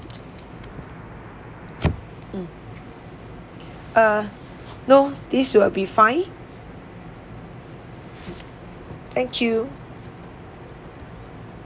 mm uh no this will be fine thank you